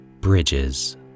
Bridges